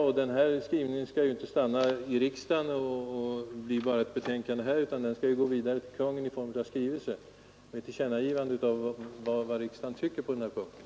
Och den skall ju inte stanna i ett betänkande i riksdagen, utan den skall gå vidare till Kungl. Maj:t i form av en skrivelse med tillkännagivande av vad riksdagen anser på denna punkt.